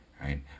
right